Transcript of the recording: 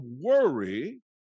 worry